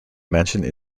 mentioned